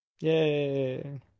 Yay